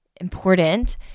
important